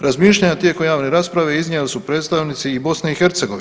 Razmišljanja tijekom javne rasprave iznijeli su predstavnici i BiH.